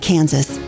Kansas